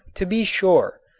to be sure,